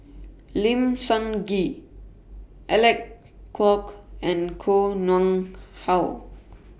Lim Sun Gee Alec Kuok and Koh Nguang How